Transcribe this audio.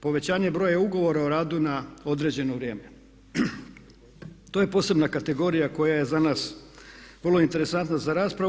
Povećanje broja ugovora o radu na određeno vrijeme, to je posebna kategorija koja je za nas vrlo interesantna za raspravu.